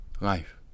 life